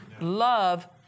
Love